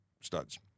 studs